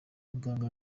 muganga